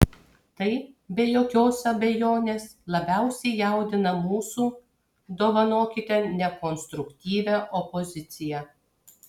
tai be jokios abejonės labiausiai jaudina mūsų dovanokite nekonstruktyvią opoziciją